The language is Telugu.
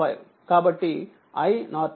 కాబట్టిఆIN9ఆంపియర్